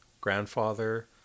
grandfather